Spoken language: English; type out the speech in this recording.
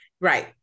Right